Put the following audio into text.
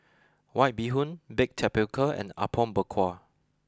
White Bee Hoon Baked Tapioca and Apom Berkuah